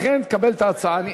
לכן קבל את ההצעה.